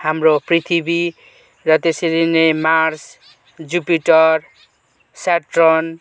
हाम्रो पृथ्वी र त्यसरी नै मार्च जुपिटर सेट्रन